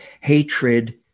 hatred